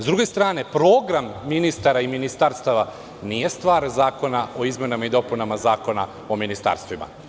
S druge strane, program ministara i ministarstava nije stvar Zakona o izmenama i dopunama Zakona o ministarstvima.